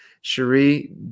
Cherie